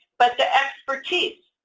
but the expertise.